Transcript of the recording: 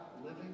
living